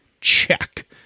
check